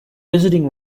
visiting